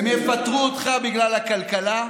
הם יפטרו אותך בגלל הכלכלה.